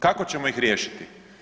Kako ćemo ih riješiti?